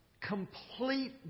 complete